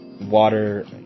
water